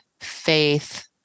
faith